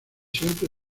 siempre